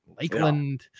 lakeland